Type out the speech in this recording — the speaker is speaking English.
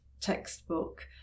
textbook